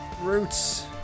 roots